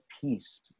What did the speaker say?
peace